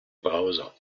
browser